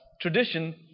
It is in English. tradition